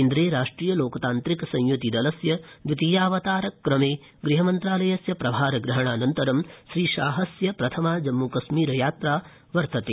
केन्द्रे राष्ट्रिय लोकतात्रिक संयुति दलस्य द्वितीयावतार क्रमे गृह मन्त्रालयस्य प्रभार ग्रहणाऽनन्तरं श्रीशाहस्य प्रथमा जम्मू कश्मीर यात्रा वर्तते